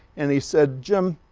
and he said, jim